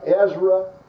Ezra